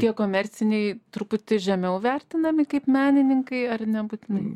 tie komerciniai truputį žemiau vertinami kaip menininkai ar nebūtinai